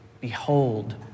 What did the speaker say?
Behold